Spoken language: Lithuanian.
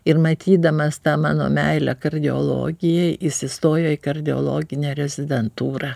ir matydamas tą mano meilę kardiologijai jis įsistojo į kardiologinę rezidentūrą